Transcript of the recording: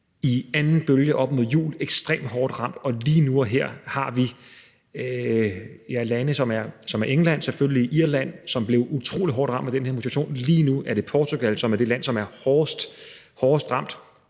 i anden bølge op mod jul var ekstremt hårdt ramt. Lige nu og her har vi lande, som er England, selvfølgelig, og Irland, som blev utrolig hårdt ramt af den her mutation, og lige nu er det Portugal, som er det land, som er hårdest ramt.